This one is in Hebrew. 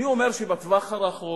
אני אומר שבטווח הרחוק